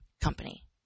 company